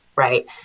Right